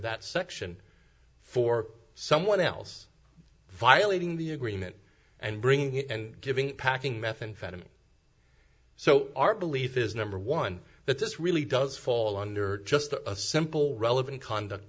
that section for someone else violating the agreement and bringing in and giving packing methamphetamine so our belief is number one that this really does fall under just a simple relevant conduct